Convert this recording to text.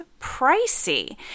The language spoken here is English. pricey